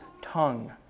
tongue